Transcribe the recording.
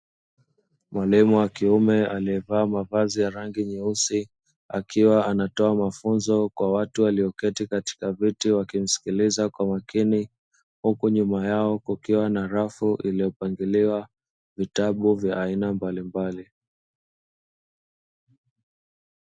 Mwalimu wa kiume, aliyevaa mavazi ya rangi nyeusi akiwa anatoa mafunzo kwa watu walioketi katika viti wakimsikiliza kwa makini, huku nyuma yao kukiwa na rafu iliyopangiliwa vitabu vya aina mbalimbali.